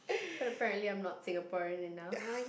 but apparently I'm not Singaporean enough